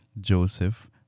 Joseph